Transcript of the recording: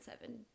seven